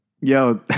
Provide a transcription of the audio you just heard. Yo